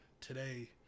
today